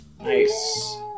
Nice